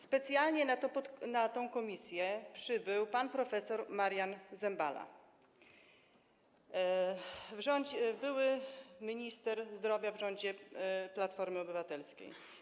Specjalnie na to posiedzenie komisji przybył pan prof. Marian Zembala, były minister zdrowia w rządzie Platformy Obywatelskiej.